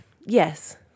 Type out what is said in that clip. Yes